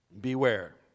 Beware